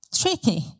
tricky